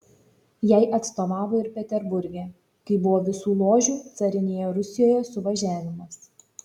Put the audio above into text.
jai atstovavo ir peterburge kai buvo visų ložių carinėje rusijoje suvažiavimas